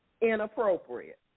inappropriate